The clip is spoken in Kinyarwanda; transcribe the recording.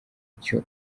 cyo